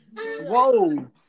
Whoa